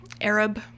Arab